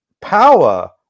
power